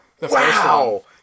Wow